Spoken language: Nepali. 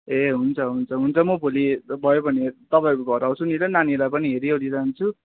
ए हुन्छ हुन्छ हुन्छ म भोलि भयो भने तपाईँहरूको घर आउँछु नि नानीलाई पनि हेरिओरि जान्छु